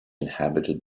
inhabited